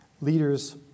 leaders